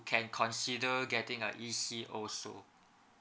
can consider getting a E_C also